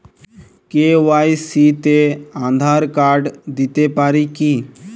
KYC তে Aadhaar card দিতে পারি কি?